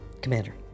Commander